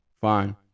fine